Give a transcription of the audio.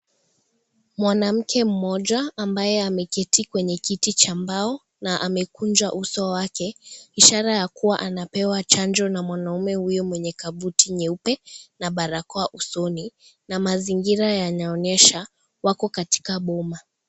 Mwanamke mmoja, ambaye ameketi kwenye kiti cha mbao na amekuja uso wake, ishara ya kuwa anapewa chanjo na mwanaume huyo mwenye kabuti nyeupe na barakoa usoni na mazingira yanaonyesha, wako katika boma.